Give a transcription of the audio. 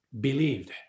believed